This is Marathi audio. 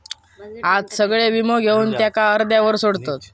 आज सगळे वीमो घेवन त्याका अर्ध्यावर सोडतत